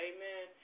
Amen